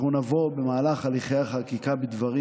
אנחנו נבוא במהלך הליכי החקיקה בדברים